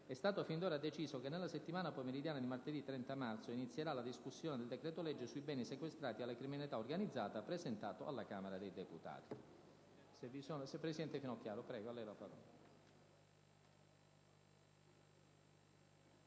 è stato fin d'ora deciso che nella seduta pomeridiana di martedì 30 marzo inizierà la discussione del decreto-legge sui beni sequestrati alla criminalità organizzata, presentato alla Camera dei deputati.